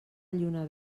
lluna